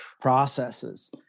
processes